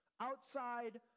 outside